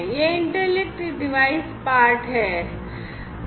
ये interlinked device part हैं